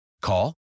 Call